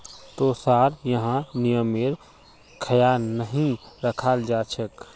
तोसार यहाँ नियमेर ख्याल नहीं रखाल जा छेक